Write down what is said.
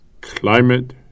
Climate